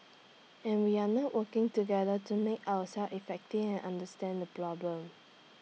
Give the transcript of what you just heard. and we are not working together to make ourselves effective and understand the problem